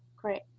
great,